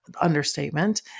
understatement